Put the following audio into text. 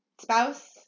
Spouse